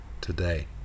today